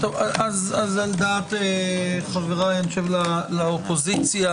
על דעת חבריי לאופוזיציה,